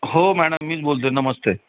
हो मॅडम मीच बोलतो आहे नमस्ते